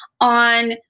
on